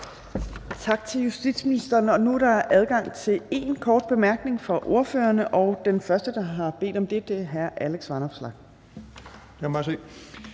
Tak til justitsministeren. Nu er der adgang til én kort bemærkning fra ordførerne, og den første, der har bedt om det, er hr. Alex Vanopslagh.